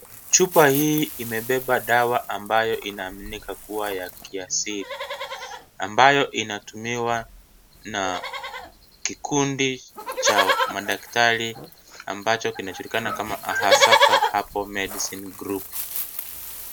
Chupa hii imebeba dawa ambayo inaaminika kuwa ya kiasili, ambayo inatumiwa na kikundi cha madaktari ambacho kinajulikana kama Ahasaka Herbal Medicine Group.